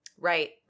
right